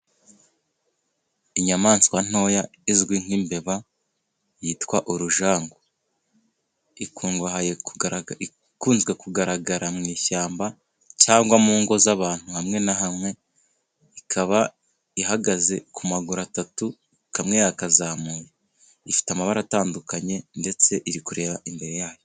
Inyamaswa ntoya izwi nk'imbeba yitwa urujango. Ikunze kugaragara mu ishyamba cyangwa mu ngo z'abantu hamwe na hamwe. Ikaba ihagaze ku maguru atatu, kamwe yakazamuye. Ifite amabara atandukanye ndetse iri kureba imbere yayo.